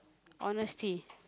honesty